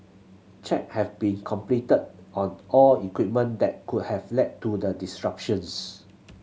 check have been completed on all equipment that could have led to the disruptions